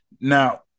Now